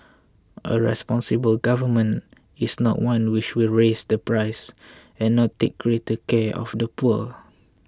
a responsible Government is not one which will raise the price and not take greater care of the poor